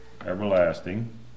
everlasting